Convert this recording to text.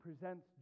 presents